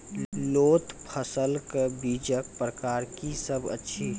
लोत फसलक बीजक प्रकार की सब अछि?